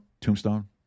tombstone